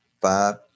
five